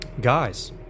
Guys